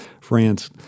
France